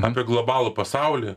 apie globalų pasaulį